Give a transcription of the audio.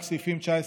רק סעיפים 20-19,